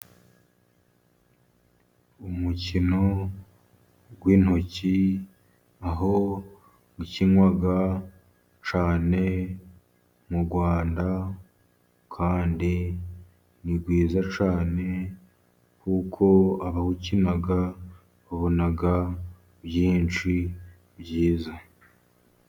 Umukino w'intoki aho ukinwa cyane mu Rwanda, kandi ni mwiza cyane kuko abawukina babona byinshi byiza.